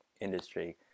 industry